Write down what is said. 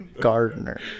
Gardener